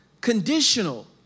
conditional